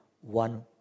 one